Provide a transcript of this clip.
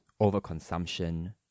overconsumption